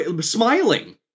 smiling